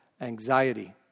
anxiety